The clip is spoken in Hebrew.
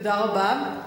תודה רבה.